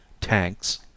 Tanks